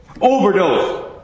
overdose